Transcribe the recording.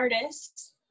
artists